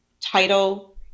title